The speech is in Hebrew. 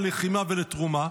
ללחימה ולתרומה.